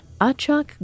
Achak